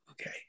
Okay